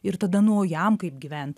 ir tada nu o jam kaip gyvent